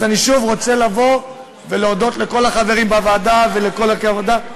אני שוב רוצה להודות לכל החברים בוועדה ולכל הרכב הוועדה.